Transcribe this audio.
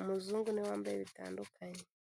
umuzungu niwe wambaye bitandukanye.